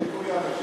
בסדר.